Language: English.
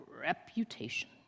reputation